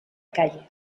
calle